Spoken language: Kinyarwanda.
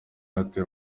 atera